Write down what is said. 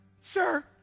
Sir